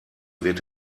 wird